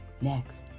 Next